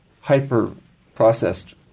hyper-processed